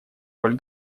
роль